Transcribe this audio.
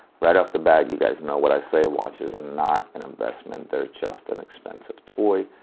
right off the bat, you guys know what i say watches are not an investment they're just an expensive toy,